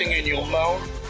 in your mouth.